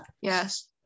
yes